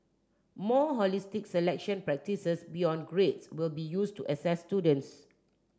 more holistic selection practises beyond grades will be used to assess students